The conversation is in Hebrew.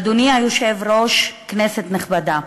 אדוני היושב-ראש, כנסת נכבדה,